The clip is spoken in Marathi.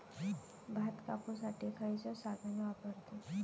भात कापुसाठी खैयचो साधन वापरतत?